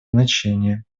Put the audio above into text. значение